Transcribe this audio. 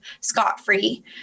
scot-free